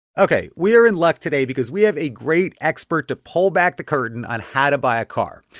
ok, we're in luck today because we have a great expert to pull back the curtain on how to buy a car.